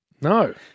No